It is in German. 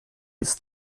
bis